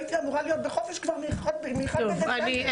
הייתי אמורה להיות בחופש כבר מ-1 בדצמבר.